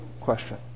question